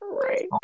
Right